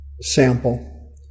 sample